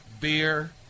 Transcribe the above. beer